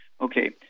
Okay